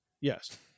Yes